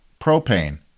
Propane